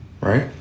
right